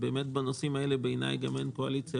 בנושאים האלה בעיניי גם אין קואליציה